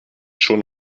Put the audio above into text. schon